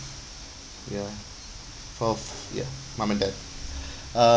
ya for ya mom and dad uh